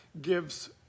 gives